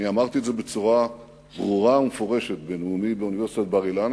אני אמרתי את זה בצורה ברורה ומפורשת בנאומי באוניברסיטת בר-אילן,